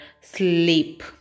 sleep